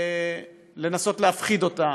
ולנסות להפחיד אותה